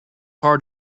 hard